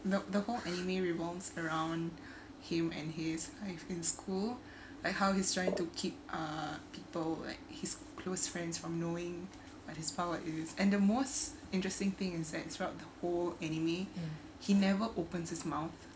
the whole anime revolves around him and his life in school like how he's trying to keep uh people like his close friends from knowing what his power is and the most interesting thing is that throughout the whole anime he never opens his mouth